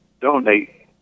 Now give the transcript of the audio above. donate